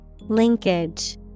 Linkage